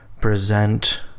present